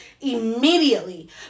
immediately